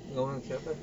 apa